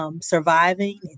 Surviving